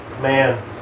man